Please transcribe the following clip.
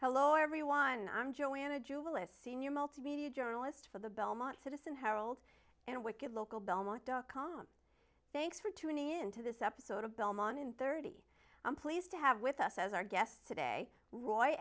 hello everyone i'm joanna jewell a senior multimedia journalist for the belmont citizen herald and wicked local belmont dot com thanks for tuning into this episode of belmont in thirty i'm pleased to have with us as our guests today roy